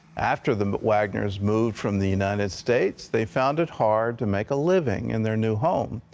after the wagners moved from the united states, they found it hard to make a living in their new home.